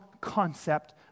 concept